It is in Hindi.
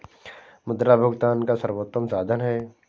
मुद्रा भुगतान का सर्वोत्तम साधन है